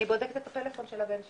אני בודקת את הפלאפון של הבן שלי,